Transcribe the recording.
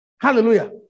Hallelujah